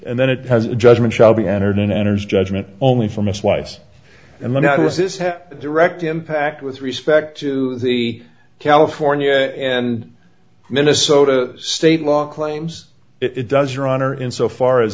and then it has a judgment shall be entered and enters judgment only from a slice and then how does this have a direct impact with respect to the california and minnesota state law claims it does your honor in so far as